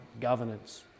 governance